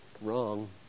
Wrong